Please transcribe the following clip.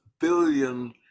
billion